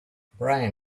brian